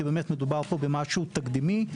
כי באמת מדובר פה במשהו תקדימי,